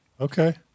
Okay